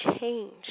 change